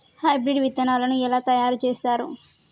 Hybrid విత్తనాలను ఎలా తయారు చేస్తారు?